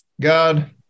God